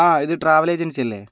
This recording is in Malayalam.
ആ ഇത് ട്രാവൽ ഏജൻസി അല്ലെ